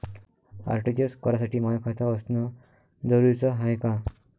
RTGS करासाठी माय खात असनं जरुरीच हाय का?